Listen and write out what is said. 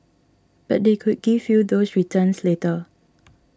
but they could give you those returns later